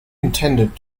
intended